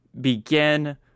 begin